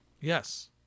Yes